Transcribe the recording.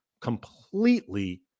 completely